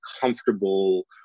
comfortable